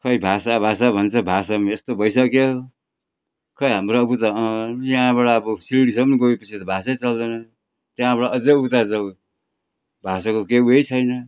खोइ भाषा भाषा भन्छ भाषा पनि यस्तो भइसक्यो खोइ हाम्रो अब त यहाँबाट अब सिलगढीसम्म गएपछि त भाषै चल्दैन त्यहाँबाट अझै उता जाऊ भाषाको केही ऊ यही छैन